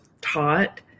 taught